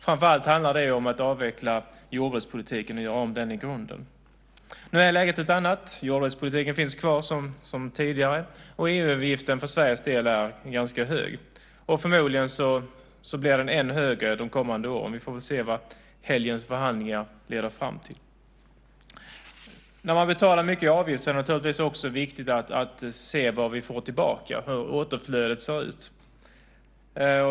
Framför allt handlar det om att avveckla jordbrukspolitiken och göra om den i grunden. Nu är läget ett annat. Jordbrukspolitiken finns kvar, och EU-avgiften för Sveriges del är ganska hög. Förmodligen blir den ännu högre de kommande åren. Vi får väl se vad helgens förhandlingar leder fram till. När man betalar mycket i avgift är det naturligtvis också viktigt att se vad vi får tillbaka, hur återflödet ser ut.